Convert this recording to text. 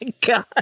God